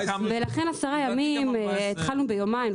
התחלנו ביומיים.